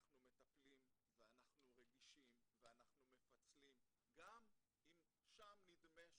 אנחנו מטפלים ואנחנו רגישים ואנחנו מפצלים גם אם שם נדמה שלא.